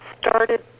started